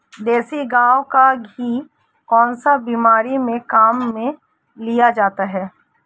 देसी गाय का घी कौनसी बीमारी में काम में लिया जाता है?